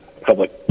public